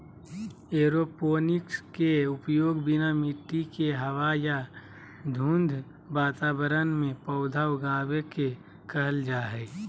aeroponics के उपयोग बिना मिट्टी के हवा या धुंध वातावरण में पौधा उगाबे के कहल जा हइ